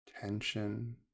tension